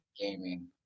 gaming